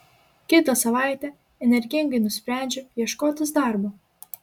kitą savaitę energingai nusprendžiu ieškotis darbo